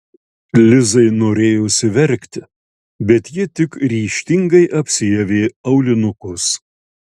lizai norėjosi verkti bet ji tik ryžtingai apsiavė aulinukus